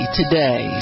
today